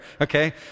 okay